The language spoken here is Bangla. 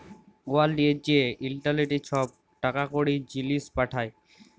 উয়ার লিয়ে যে ইলটারলেটে ছব টাকা কড়ি, জিলিস পাঠায়